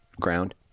ground